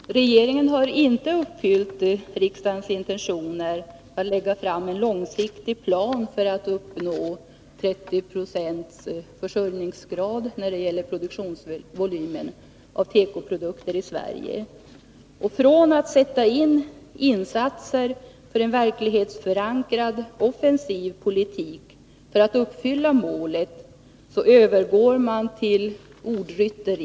Fru talman! Regeringen har inte uppfyllt riksdagens intentioner att lägga Tekofrågor fram en långsiktig plan för att uppnå 30 26 självförsörjningsgrad när det gäller volymen av tekoproduktionen i Sverige. I stället för att göra insatser för en verklighetsförankrad offensiv politik för att uppfylla målet övergår man till ordrytteri.